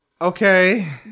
Okay